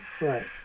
Right